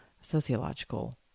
sociological